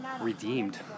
redeemed